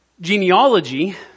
Genealogy